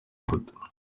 rukuta